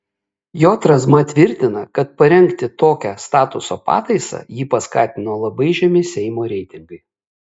j razma tvirtina kad parengti tokią statuto pataisą jį paskatino labai žemi seimo reitingai